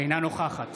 אינה נוכחת